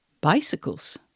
bicycles